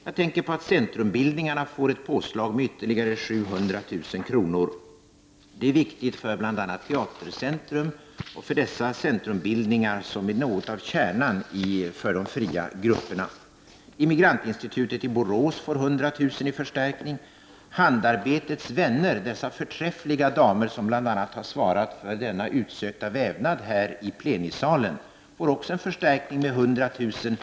Jag tänker på att centrumbildningarna får ett påslag med ytterligare 700 000 kr. Det är viktigt för bl.a. Teatercentrum och för de centrumbildningar som är något av kärnan när det gäller de fria grupperna. Immigrantinstitutet i Borås får 100000 kr. i förstärkning. Handarbetets Vänner, dessa förträffliga damer som bl.a. har svarat för den utsökta vävnaden här i plenisalen, får också en förstärkning med 100 000 kr.